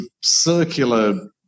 circular